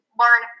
learn